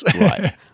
Right